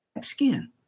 skin